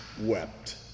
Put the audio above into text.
wept